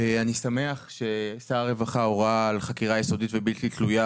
אני שמח ששר הרווחה הורה על חקירה יסודית ובלתי תלויה